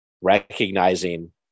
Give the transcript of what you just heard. recognizing